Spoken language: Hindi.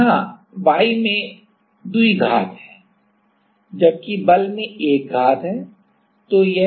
तो यहां y में द्विघात है जबकि बल में एक घात है